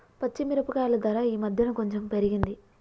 పచ్చి మిరపకాయల ధర ఈ మధ్యన కొంచెం పెరిగింది